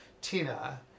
Tina